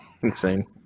Insane